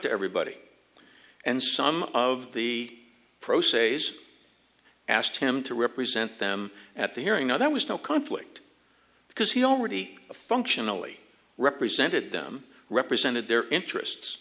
to everybody and some of the pro se he's asked him to represent them at the hearing now there was no conflict because he already functionally represented them represented their interests